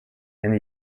and